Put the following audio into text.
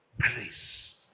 grace